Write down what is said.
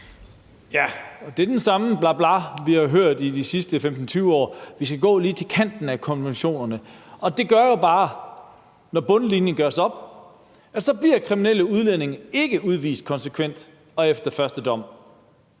Ja, og det er det samme bla bla, vi har hørt i de sidste 15-20 år: Vi skal gå lige til kanten af konventionerne. Det gør jo bare, at når bundlinjen gøres op, så bliver kriminelle udlændinge ikke udvist konsekvent og efter første dom,